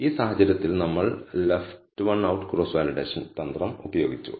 ഈ സാഹചര്യത്തിൽ നമ്മൾ left one out cross validation തന്ത്രം ഉപയോഗിച്ചു